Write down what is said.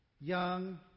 young